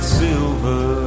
silver